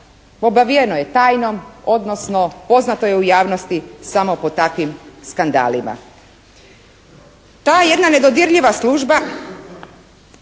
obavijeno je tajnom, odnosno poznato je u javnosti samo po takvim skandalima. Ta jedna nedodirljiva služba